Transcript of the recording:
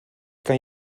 kan